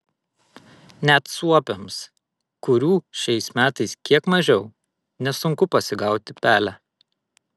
net suopiams kurių šiais metais kiek mažiau nesunku pasigauti pelę